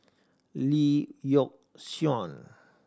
Lee Yock Suan